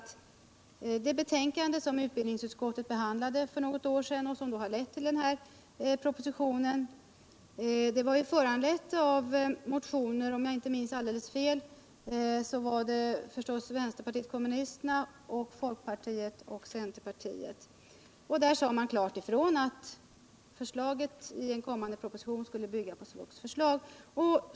I det utskottsbetänkande för något år sedan som lett till den här propositionen och som var föranlett av motioner från, förstås, vänsterpartiet kommunisterna och — om jag inte minns alldeles fel — folkpartiet och centerpartiet sade man klart ifrån att en kommande proposition skulle bygga på SVUX förslag.